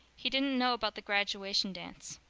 he didn't know about the graduation dance.